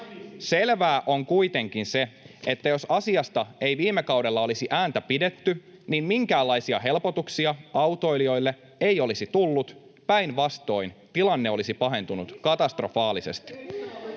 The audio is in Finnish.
Selvää on kuitenkin se, että jos asiasta ei viime kaudella olisi ääntä pidetty, minkäänlaisia helpotuksia autoilijoille ei olisi tullut. Päinvastoin tilanne olisi pahentunut katastrofaalisesti.